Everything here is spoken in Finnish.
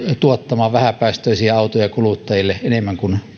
tuottamaan vähäpäästöisiä autoja kuluttajille enemmän kuin